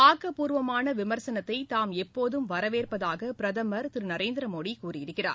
ஆக்கப்பூர்வமான விமா்சனத்தை தாம் எப்போதும் வரவேற்பதாக பிரதமா் திரு நநரேந்திரமோடி கூறியிருக்கிறார்